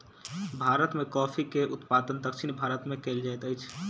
भारत में कॉफ़ी के उत्पादन दक्षिण भारत में कएल जाइत अछि